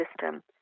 system